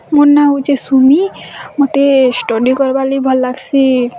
ମୋର୍ ନାଁ ହେଉଛି ସୁମି ମତେ ଷ୍ଟଡ଼ି କରବାର୍ ଲାଗି ଭଲ୍ ଲାଗ୍ସି